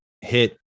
hit